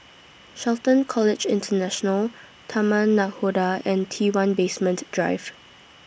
Shelton College International Taman Nakhoda and T one Basement Drive